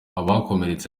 abakomeretse